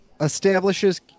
Establishes